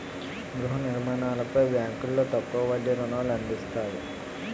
గృహ నిర్మాణాలపై బ్యాంకులో తక్కువ వడ్డీ రుణాలు అందిస్తాయి